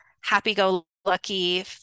happy-go-lucky